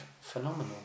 phenomenal